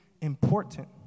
important